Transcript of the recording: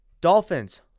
Dolphins